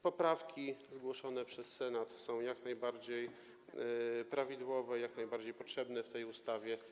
Poprawki zgłoszone przez Senat są jak najbardziej prawidłowe i jak najbardziej potrzebne w tej ustawie.